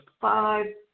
Five